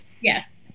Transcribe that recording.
Yes